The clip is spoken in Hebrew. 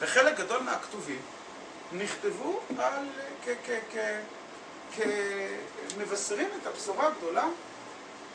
בחלק גדול מהכתובים נכתבו כמבשרים את הבשורה הגדולה